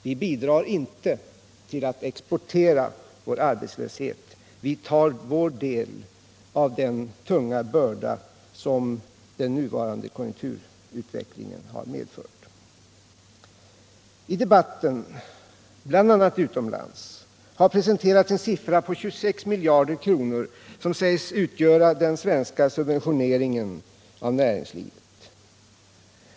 Vi bidrar inte till att exportera arbetslöshet, vi tar vår del av den tunga börda som den nuvarande konjunkturutvecklingen har medfört. I debatten, bl.a. utomlands, har det presenterats en siffra på 26 miljarder kronor, som sägs utgöra den svenska subventioneringen av näringslivet.